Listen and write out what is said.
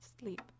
sleep